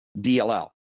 DLL